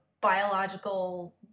biological